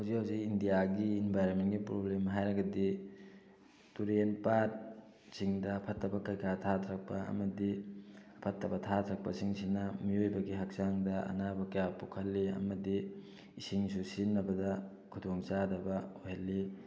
ꯍꯧꯖꯤꯛ ꯍꯧꯖꯤꯛ ꯏꯟꯗꯤꯌꯥꯒꯤ ꯏꯟꯚꯥꯏꯔꯣꯟꯃꯦꯟꯒꯤ ꯄ꯭ꯔꯣꯕ꯭ꯂꯦꯝ ꯍꯥꯏꯔꯒꯗꯤ ꯇꯨꯔꯦꯟ ꯄꯥꯠ ꯁꯤꯡꯗ ꯐꯠꯇꯕ ꯀꯩꯀꯥ ꯊꯥꯊꯔꯛꯄ ꯑꯃꯗꯤ ꯐꯠꯇꯕ ꯊꯥꯊꯔꯛꯄꯁꯤꯡꯁꯤꯅ ꯃꯤꯑꯣꯏꯕꯒꯤ ꯍꯛꯆꯥꯡꯗ ꯑꯅꯥꯕ ꯀꯌꯥ ꯄꯣꯛꯍꯜꯂꯤ ꯑꯃꯗꯤ ꯏꯁꯤꯡꯁꯨ ꯁꯤꯖꯤꯟꯅꯕꯗ ꯈꯨꯗꯣꯡꯆꯥꯗꯕ ꯑꯣꯏꯍꯜꯂꯤ